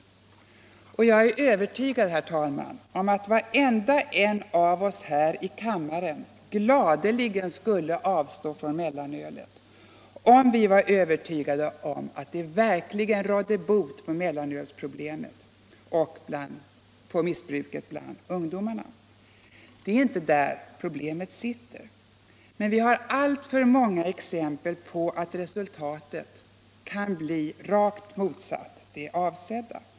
Jag är övertygad om att varenda en av oss här i kammaren gladeligen skulle avstå från mellanölet om vi var övertygade om att det verkligen skulle råda bot på mellanölsproblemen och missbruket bland ungdomarna. Det är inte där problemet ligger. Men vi har alltför många exempel på att resultatet kan bli rakt motsatt det avsedda.